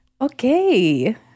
Okay